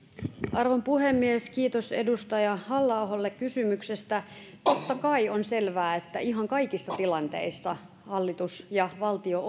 arvon puhemies kiitos edustaja halla aholle kysymyksestä totta kai on selvää että ihan kaikissa tilanteissa hallitus ja valtio